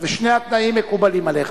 שני התנאים מקובלים עלי.